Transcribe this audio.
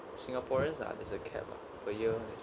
singaporeans lah there's a cap lah per year [one] actually